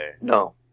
No